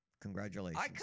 congratulations